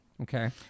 Okay